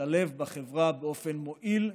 להשתלב בחברה באופן מועיל ופעיל.